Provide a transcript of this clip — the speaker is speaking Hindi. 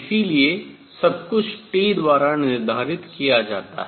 इसलिए सब कुछ T द्वारा निर्धारित किया जाता है